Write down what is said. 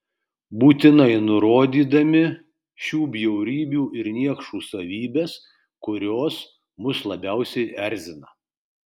būtinai nurodydami šių bjaurybių ir niekšų savybes kurios mus labiausiai erzina